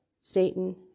Satan